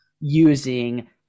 using